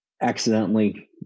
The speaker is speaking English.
accidentally